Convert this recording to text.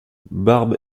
barbe